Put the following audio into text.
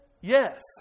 yes